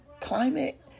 climate